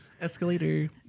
Escalator